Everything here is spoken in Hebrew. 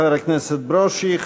תודה לחבר הכנסת ברושי.